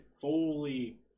fully